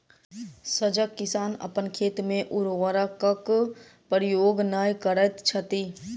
सजग किसान अपन खेत मे उर्वरकक प्रयोग नै करैत छथि